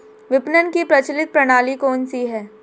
विपणन की प्रचलित प्रणाली कौनसी है?